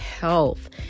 health